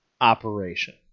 operation